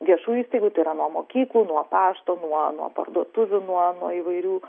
viešų įstaigų tai yra nuo mokyklų nuo pašto nuo nuo parduotuvių nuo nuo įvairių